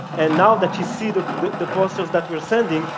and now that she sees the the posters that we're sending,